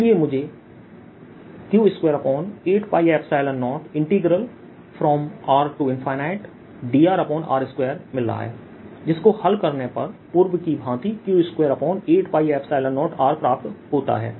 इसलिए मुझे Q28π0Rdrr2मिल रहा है जिसको हल करने पर पूर्व की भांति Q28π0R प्राप्त होता है